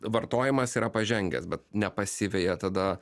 vartojimas yra pažengęs bet nepasiveja tada